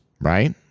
right